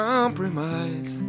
Compromise